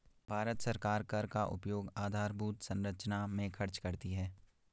भारत सरकार कर का उपयोग आधारभूत संरचना में खर्च करती है